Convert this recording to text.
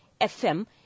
FM